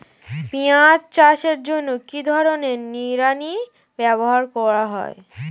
পিঁয়াজ চাষের জন্য কি ধরনের নিড়ানি ব্যবহার করা হয়?